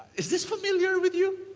is this familiar with you?